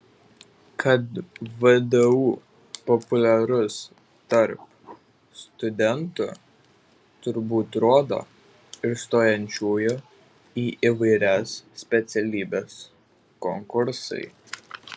kad vdu populiarus tarp studentų turbūt rodo ir stojančiųjų į įvairias specialybes konkursai